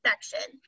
section